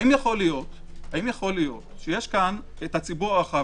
האם יכול להיות שהציבור הרחב,